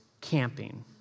camping